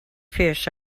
fish